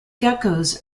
geckos